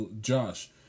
Josh